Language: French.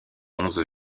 onze